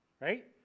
Right